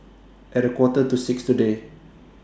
At A Quarter to six today